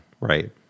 Right